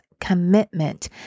commitment